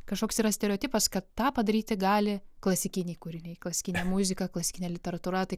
kažkoks yra stereotipas kad tą padaryti gali klasikiniai kūriniai klasikinė muzika klasikinė literatūra tai